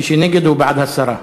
מי שנגד הוא בעד הסרה.